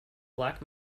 black